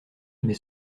mais